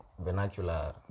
vernacular